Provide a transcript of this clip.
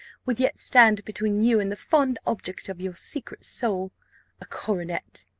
would yet stand between you and the fond object of your secret soul a coronet!